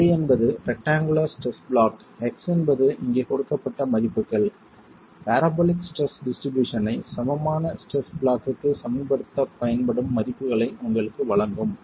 a என்பது rectangular stress block x என்பது இங்கே கொடுக்கப்பட்ட மதிப்புகள் பரபோலிக் ஸ்ட்ரெஸ் டிஸ்ட்ரிபியூஷன் ஐ சமமான ஸ்ட்ரெஸ் ப்ளாக்க்கு சமன்படுத்தப் பயன்படும் மதிப்புகளை உங்களுக்கு வழங்கும்